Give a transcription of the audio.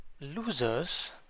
losers